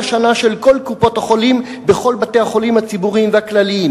שנה של כל קופות-החולים בכל בתי-החולים הציבוריים הכלליים,